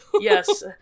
Yes